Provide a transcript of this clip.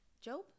Job